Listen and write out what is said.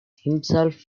himself